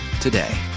today